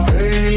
Hey